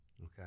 Okay